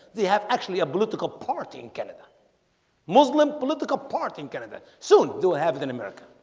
they have actually a political party in canada muslim political party in canada soon. do i have it in america?